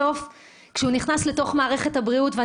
בסוף כשהוא נכנס למערכת הבריאות כולם שווים,